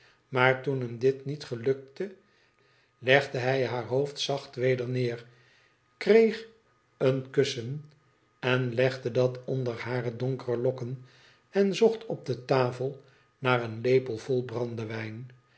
maar toen hem dit niet gelukte legde hij haar hoofd zacht weder neer kreeg een kussen en legde dat onder hare donkere lokken en zocht op de tafel naar een lepelvol brandewijn